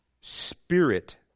spirit